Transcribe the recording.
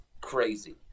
crazy